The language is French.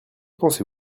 pensez